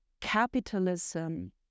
capitalism